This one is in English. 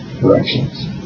directions